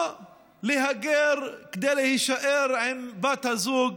או להגר כדי להישאר עם בת הזוג